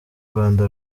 rwanda